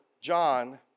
John